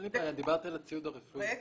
דיברתי על הציוד הרפואי.